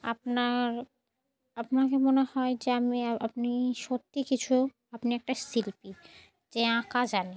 আপনার আপনাকে মনে হয় যে আমি আপনি সত্যি কিছু আপনি একটা শিল্পী যে আঁকা জানে